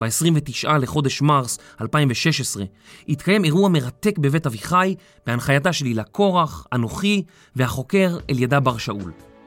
ב-29 לחודש מרס 2016 התקיים אירוע מרתק בבית אביחי בהנחייתה של הילה קורח, אנוכי והחוקר אלידע בר-שאול